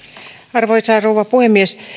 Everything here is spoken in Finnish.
arvoisa rouva puhemies